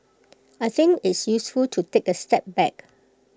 I think it's useful to take A step back